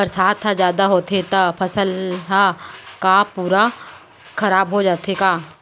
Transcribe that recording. बरसात ह जादा होथे त फसल ह का पूरा खराब हो जाथे का?